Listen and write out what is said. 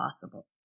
possible